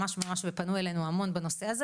ממש פנו אלינו המון בנושא הזה